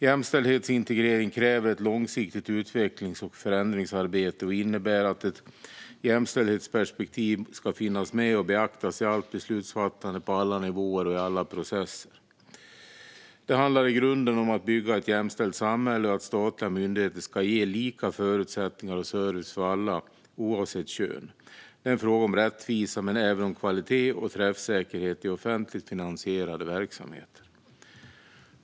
Jämställdhetsintegrering kräver ett långsiktigt utvecklings och förändringsarbete och innebär att ett jämställdhetsperspektiv ska finnas med och beaktas i allt beslutsfattande, på alla nivåer och i alla processer. Det handlar i grunden om att bygga ett jämställt samhälle och att statliga myndigheter ska ge lika förutsättningar och service för alla, oavsett kön. Det är en fråga om rättvisa, men även om kvalitet och träffsäkerhet i offentligt finansierade verksamheter.